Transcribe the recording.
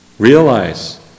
Realize